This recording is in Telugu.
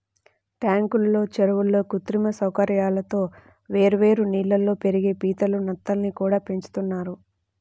ట్యాంకుల్లో, చెరువుల్లో కృత్రిమ సౌకర్యాలతో వేర్వేరు నీళ్ళల్లో పెరిగే పీతలు, నత్తల్ని కూడా పెంచుతున్నారు